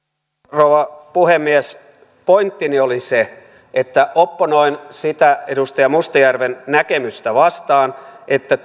rouva puhemies pointtini oli se että opponoin sitä edustaja mustajärven näkemystä vastaan että